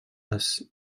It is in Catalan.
les